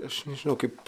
aš nežinau kaip